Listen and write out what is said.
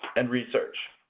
and research.